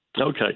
Okay